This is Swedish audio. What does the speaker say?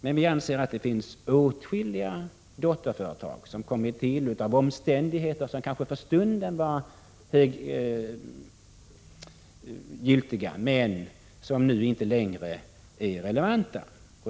Men vi anser att det finns åtskilliga dotterföretag som kommit till av orsaker som kanske för stunden varit giltiga, men som nu inte längre är relevanta.